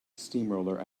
steamroller